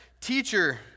Teacher